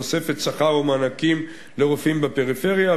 תוספת שכר ומענקים לרופאים בפריפריה,